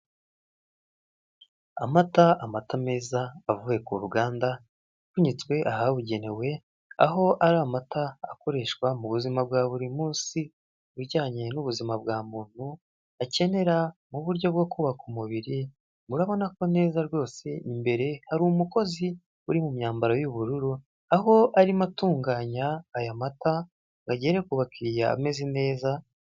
Amata amata meza avuye ku ruganda bunyitswe ahabugenewe aho ari amata akoreshwa mu buzima bwa buri munsi bijyanye n'ubuzima bwa muntu akenera mu buryo bwo kubaka umubiri murabona ko neza rwose imbere hari umukozi uri mu myambaro y'ubururu aho arimo atunganya aya mata ngo agere ku bakiriya ameze neza.